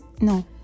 no